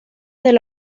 del